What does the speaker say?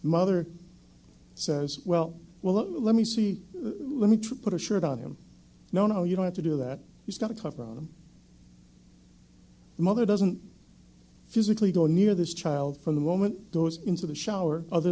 mother says well well let me see let me try to put a shirt on him no no you don't have to do that he's got to cover them the mother doesn't physically go near this child from the moment goes into the shower other